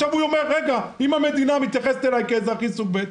הוא אומר: אם המדינה מתייחסת אליי כאזרח סוג ב',